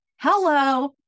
Hello